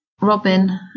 Robin